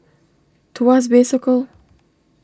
Tuas Bay Circle